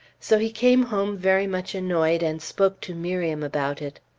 so he came home very much annoyed, and spoke to miriam about it.